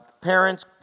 parents